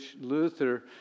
Luther